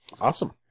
Awesome